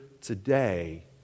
today